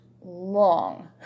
long